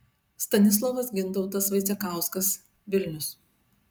stanislovas gintautas vaicekauskas vilnius